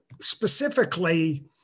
specifically